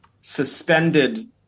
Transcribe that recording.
suspended